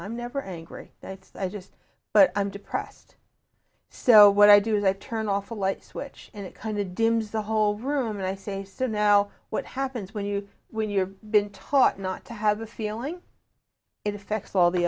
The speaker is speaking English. i'm never angry that i just but i'm depressed so what i do is i turn off a light switch and it kind of dims the whole room and i say so now what happens when you when you have been taught not to have a feeling it affects all the